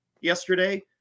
yesterday